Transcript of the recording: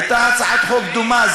הייתה הצעת חוק דומה,